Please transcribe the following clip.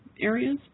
areas